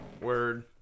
word